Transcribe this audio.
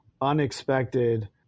unexpected